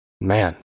Man